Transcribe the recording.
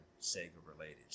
Sega-related